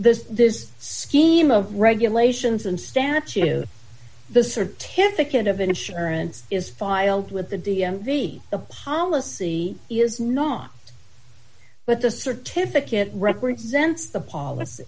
this this scheme of regulations and stand up to the certificate of insurance is filed with the d m v the policy is not but the certificate represents the policy